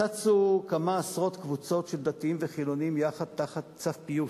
צצו כמה עשרות קבוצות של דתיים וחילונים יחד תחת "צו פיוס",